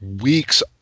weeks